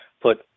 put